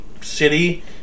city